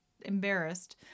embarrassed